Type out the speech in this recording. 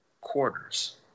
quarters